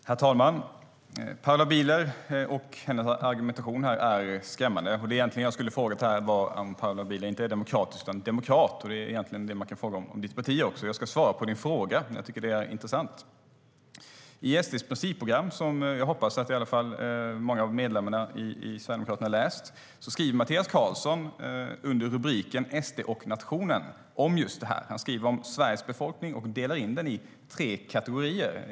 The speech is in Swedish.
Herr talman! Paula Bieler och hennes argumentation är skrämmande. Jag skulle egentligen inte ha frågat om hon är demokratisk utan om hon är demokrat. Det är det man kan fråga om ditt parti också. Jag ska svara på din fråga, för jag tycker att detta är intressant.I SD:s partiprogram, som jag hoppas att i alla fall många av medlemmarna i Sverigedemokraterna har läst, skriver Mattias Karlsson under rubriken SD och nationen om just detta. Han skriver om Sveriges befolkning och delar in den i tre kategorier.